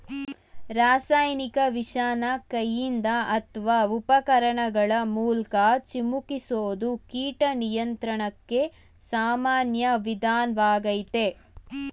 ರಾಸಾಯನಿಕ ವಿಷನ ಕೈಯಿಂದ ಅತ್ವ ಉಪಕರಣಗಳ ಮೂಲ್ಕ ಚಿಮುಕಿಸೋದು ಕೀಟ ನಿಯಂತ್ರಣಕ್ಕೆ ಸಾಮಾನ್ಯ ವಿಧಾನ್ವಾಗಯ್ತೆ